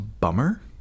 Bummer